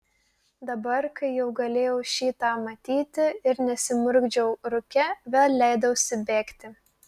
dabar kai jau galėjau šį tą matyti ir nesimurkdžiau rūke vėl leidausi bėgti